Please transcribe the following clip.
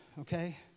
okay